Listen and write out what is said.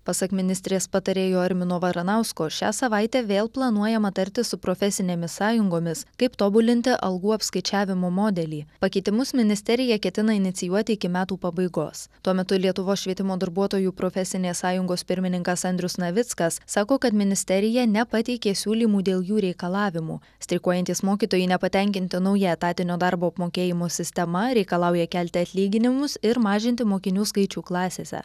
pasak ministrės patarėjo armino varanausko šią savaitę vėl planuojama tartis su profesinėmis sąjungomis kaip tobulinti algų apskaičiavimo modelį pakeitimus ministerija ketina inicijuoti iki metų pabaigos tuo metu lietuvos švietimo darbuotojų profesinės sąjungos pirmininkas andrius navickas sako kad ministerija nepateikė siūlymų dėl jų reikalavimų streikuojantys mokytojai nepatenkinti nauja etatinio darbo apmokėjimo sistema reikalauja kelti atlyginimus ir mažinti mokinių skaičių klasėse